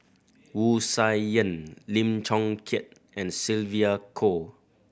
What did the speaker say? Wu Tsai Yen Lim Chong Keat and Sylvia Kho